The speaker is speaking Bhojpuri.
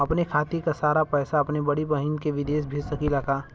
अपने खाते क सारा पैसा अपने बड़ी बहिन के विदेश भेज सकीला का?